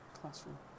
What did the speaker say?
classroom